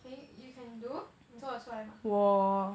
can you you can do 你做出来吗